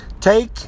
take